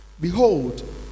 behold